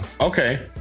Okay